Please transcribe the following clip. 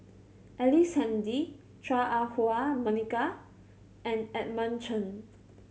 Ellice Handy Chua Ah Huwa Monica and Edmund Chen